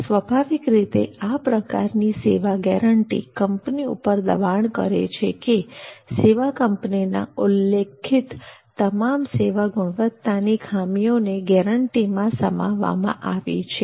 સ્વાભાવિક રીતે આ પ્રકારની સેવા ગેરંટી કંપની ઉપર દબાણ કરે છે કે સેવા કંપનીના ઉલ્લેખિત તમામ સેવા ગુણવત્તાની ખામીઓને ગેરંટીમા સમાવવામાં આવી છે